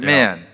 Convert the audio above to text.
Man